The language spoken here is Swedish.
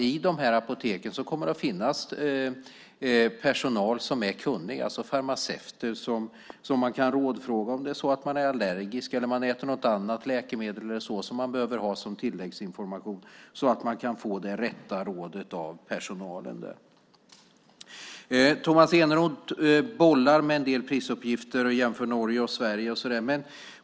I dessa apotek kommer det att finnas kunnig personal. Det kan vara farmaceuter som man kan rådfråga om man är allergisk eller äter något annat läkemedel som behövs som tilläggsinformation så att man får rätt råd. Tomas Eneroth bollar med en del prisuppgifter och jämför Norge och Sverige.